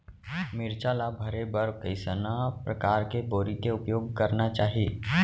मिरचा ला भरे बर कइसना परकार के बोरी के उपयोग करना चाही?